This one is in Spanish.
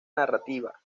narrativa